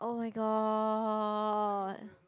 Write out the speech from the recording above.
[oh]-my-god